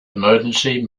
emergency